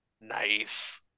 Nice